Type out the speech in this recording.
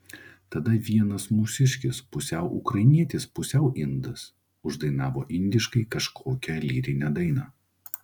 tada vienas mūsiškis pusiau ukrainietis pusiau indas uždainavo indiškai kažkokią lyrinę dainą